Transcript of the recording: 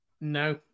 no